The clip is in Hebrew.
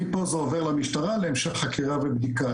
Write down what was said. מפה זה עובר למשטרה להמשך חקירה ובדיקה.